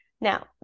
Now